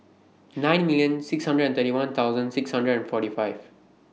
nine million six hundred and thirty one thousand six hundred and forty five